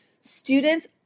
Students